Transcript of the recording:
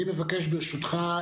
ברשותך,